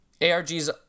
ARGs